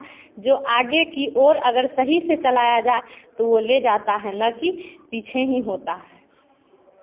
जो आगे की ओर अगर सही से चालाया जाए तो वह ले जाता है न की पीछे ही होता है